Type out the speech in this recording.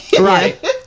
Right